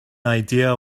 idea